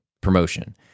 promotion